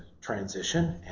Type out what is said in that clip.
transition